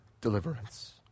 deliverance